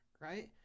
right